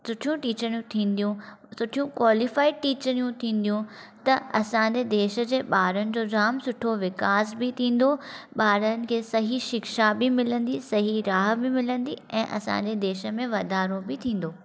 सुठियूं टीचरियूं थींदयूं सुठियूं क्वालीफाइड टीचरियूं थींदियूं त असांजे देश जे ॿारनि जो जाम सुठो विकास बि थींदो ॿारनि खे सही शिक्षा बि मिलंदी सही राह बि मिलंदी ऐं असांजे देशमें वाधारो बि थींदो